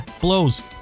blows